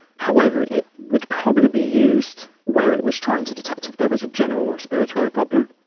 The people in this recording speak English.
however, it would probably be used where it was trying to detect if there was a general respiratory problem,